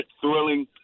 thrilling